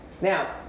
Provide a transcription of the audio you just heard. Now